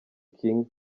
king